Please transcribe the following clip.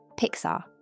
Pixar